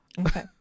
Okay